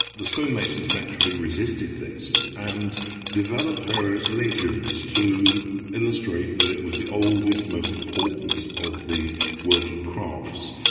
the stonemasons naturally resisted this, and developed various legends to illustrate that it was the oldest, most important of the working crafts,